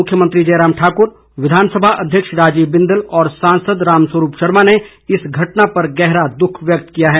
मुख्यमंत्री जयराम ठाकुर विधानसभा अध्यक्ष राजीव बिंदल और सांसद रामस्वरूप शर्मा ने इस घटना पर गहरा दुख व्यक्त किया है